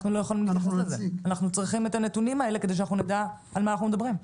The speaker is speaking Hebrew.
אנחנו צריכים את הנתונים האלה כדי שאנחנו נדע על מה אנחנו מדברים.